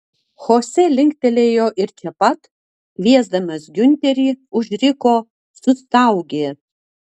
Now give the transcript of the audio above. chose linktelėjo ir čia pat kviesdamas giunterį užriko sustaugė